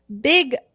big